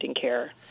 care